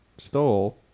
Stole